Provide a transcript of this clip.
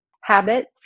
habits